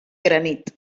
granit